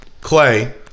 Clay